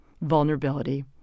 vulnerability